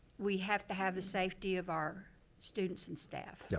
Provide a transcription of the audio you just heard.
we have to have the safety of our students and staff. yeah